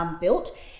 built